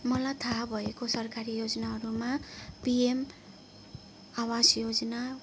मलाई थाहा भएको सरकारी योजनाहरूमा पिएम आवास योजना